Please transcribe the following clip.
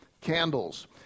candles